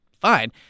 fine